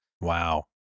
Wow